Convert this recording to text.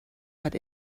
but